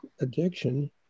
addiction